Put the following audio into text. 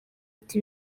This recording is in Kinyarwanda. ati